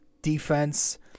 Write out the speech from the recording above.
Defense